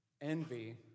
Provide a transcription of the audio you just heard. Envy